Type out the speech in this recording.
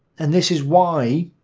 and this is why,